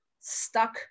stuck